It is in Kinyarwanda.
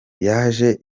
yaje